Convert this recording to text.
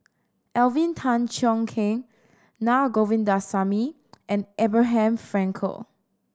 Alvin Tan Cheong Kheng Naa Govindasamy and Abraham Frankel